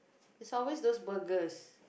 is always those burgers